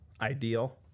ideal